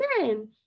men